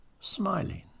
smiling